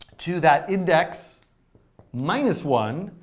to that index minus one,